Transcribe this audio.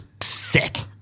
sick